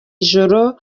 ijoro